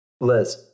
Liz